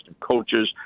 coaches